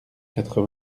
quatre